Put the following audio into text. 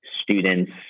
students